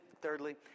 thirdly